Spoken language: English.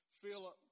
Philip